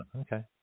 Okay